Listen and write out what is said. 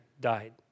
died